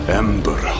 ember